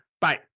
bye